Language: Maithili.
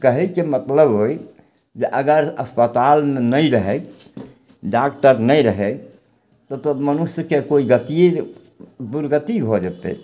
कहयके मतलब अइ जे अगर अस्पताल नहि रहय डॉक्टर नहि रहय तब मनुष्यके कोइ गति दुर्गति भऽ जेतय